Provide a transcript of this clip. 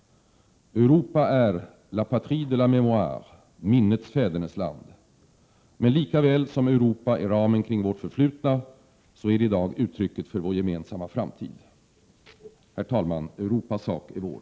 Europa är La patrie de la memoire, minnets fädernesland. Men likaväl som Europa är ramen kring vårt förflutna så är det i dag uttrycket för vår gemensamma framtid. Herr talman! Europas sak är vår!